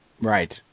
Right